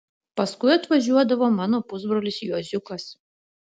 paskui atvažiuodavo mano pusbrolis juoziukas